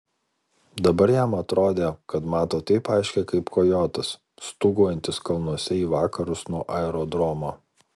dabar jam atrodė kad mato taip aiškiai kaip kojotas stūgaujantis kalnuose į vakarus nuo aerodromo